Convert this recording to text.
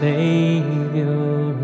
Savior